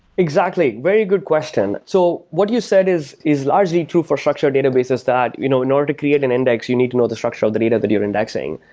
exactly. very good question. so what you said is is largely true for structured databases that you know in order to create an index, you need to know the structural data that you're indexing.